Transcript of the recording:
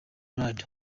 ronaldo